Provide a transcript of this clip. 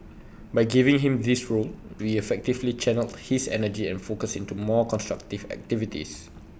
by giving him this role we effectively channelled his energy and focus into more constructive activities